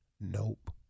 Nope